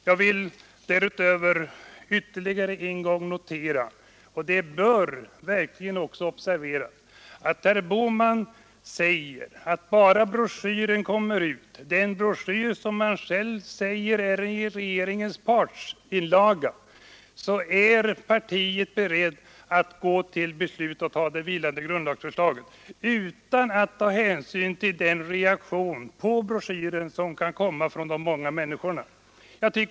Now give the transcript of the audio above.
Jag vill ytterligare en gång notera något som verkligen bör observeras: Herr Bohman säger att bara broschyren kommer ut — den broschyr som han själv säger är regeringens partsinlaga — är moderata samlingspartiet berett att gå till beslut och anta det vilande grundlagsförslaget utan att ta hänsyn till den reaktion på broschyren som kan komma från de många människorna.